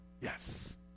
Yes